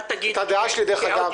את הדעה שלי דרך אגב --- מה תגיד כשבעוד